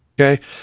Okay